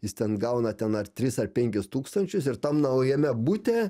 jis ten gauna ten ar tris ar penkis tūkstančius ir tam naujame bute